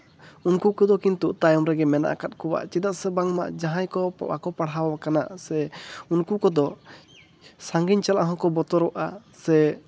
ᱩᱱᱠᱩ ᱠᱚᱫᱚ ᱠᱤᱱᱛᱩ ᱛᱟᱭᱚᱢ ᱨᱮᱜᱮ ᱢᱮᱱᱟᱜ ᱟᱠᱟᱫ ᱠᱚᱣᱟ ᱪᱮᱫᱟᱜ ᱥᱮ ᱵᱟᱝᱢᱟ ᱡᱟᱦᱟᱸᱭ ᱠᱚ ᱵᱟᱠᱚ ᱯᱟᱲᱟᱦᱟᱣ ᱟᱠᱟᱱᱟ ᱥᱮ ᱩᱱᱠᱩ ᱠᱚᱫᱚ ᱥᱟᱺᱜᱤᱧ ᱪᱟᱞᱟᱜ ᱦᱚᱸᱠᱚ ᱵᱚᱛᱚᱨᱚᱜᱼᱟ ᱥᱮ